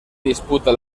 disputa